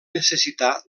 necessitar